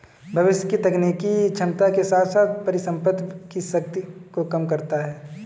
भविष्य की तकनीकी क्षमता के साथ साथ परिसंपत्ति की शक्ति को कम करता है